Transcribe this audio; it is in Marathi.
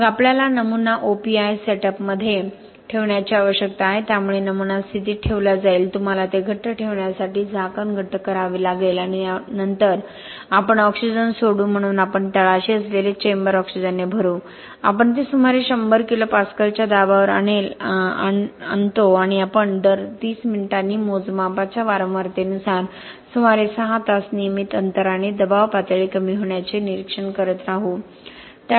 मग आपल्याला नमुना ओपीआय सेटअपमध्ये ठेवण्याची आवश्यकता आहे त्यामुळे नमुना स्थितीत ठेवला जाईल तुम्हाला ते घट्ट ठेवण्यासाठी झाकण घट्ट करावे लागेल आणि नंतर आपण ऑक्सिजन सोडू म्हणून आपण तळाशी असलेले चेंबर ऑक्सिजनने भरू आपण ते सुमारे 100 किलो पास्कल्सच्या दाबावर आणेल आणि आपण दर 30 मिनिटांनी मोजमापाच्या वारंवारतेनुसार सुमारे 6 तास नियमित अंतराने दबाव पातळी कमी होण्याचे निरीक्षण करत राहू